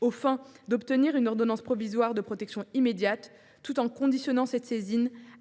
aux fins d’obtenir une ordonnance provisoire de protection immédiate tout en conditionnant cette saisine à